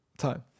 Time